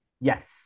Yes